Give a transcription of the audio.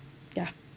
ya